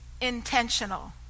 intentional